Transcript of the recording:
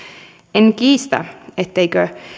en kiistä etteivätkö